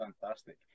Fantastic